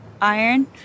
iron